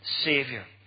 Savior